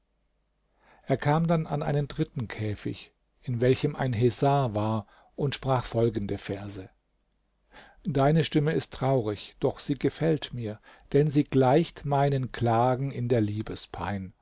er kam dann an einen dritten käfig in welchem ein hesar war und sprach folgende verse deine stimme ist traurig doch sie gefällt mir denn sie gleicht meinen klagen in der liebespein